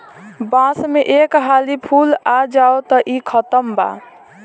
बांस में एक हाली फूल आ जाओ तब इ खतम बा